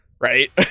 Right